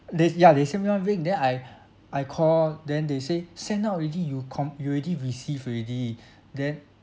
they ya they sent me one ring then I I call then they say send out already you com~ you already received already then